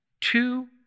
two